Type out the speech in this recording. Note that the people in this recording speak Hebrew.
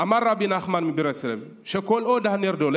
אמר רבי נחמן מברסלב שכל עוד הנר דולק,